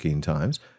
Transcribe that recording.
Times